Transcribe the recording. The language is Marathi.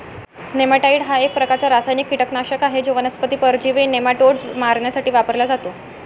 नेमॅटाइड हा एक प्रकारचा रासायनिक कीटकनाशक आहे जो वनस्पती परजीवी नेमाटोड्स मारण्यासाठी वापरला जातो